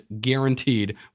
guaranteed